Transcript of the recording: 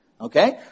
Okay